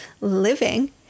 living